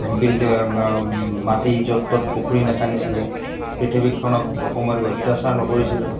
বিল মাটি য'ত ত'ত পুখুৰী নাখান্দিছিলে পৃথিৱীখনক বসুমতিক অত্যাচাৰ নকৰিছিলে